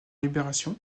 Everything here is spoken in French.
libération